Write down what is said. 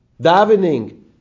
davening